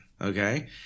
Okay